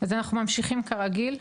אז אנחנו ממשיכים כרגיל,